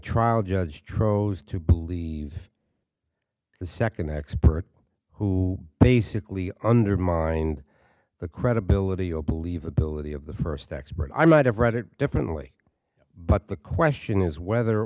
trial judge tros to believe the second expert who basically undermined the credibility or believe ability of the first expert i might have read it differently but the question is whether